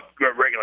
regular